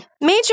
Major